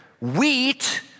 wheat